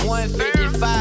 155